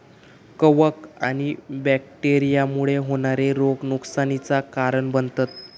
कवक आणि बैक्टेरिया मुळे होणारे रोग नुकसानीचा कारण बनतत